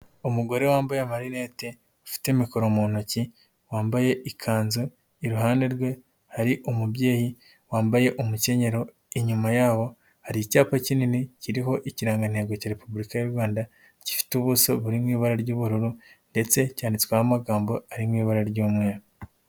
Umugore wambaye amarinete ufitete mikoro mu ntoki wambaye ikanzu, iruhande rwe hari umubyeyi wambaye umukenyero, inyuma yabo hari icyapa kinini kiriho ikirangantego cya Repubulika y'u Rwanda gifite ubuso buri mu ibara ry'ubururu ndetse cyanditsweho amagambo ari mu ibara ry'umweru.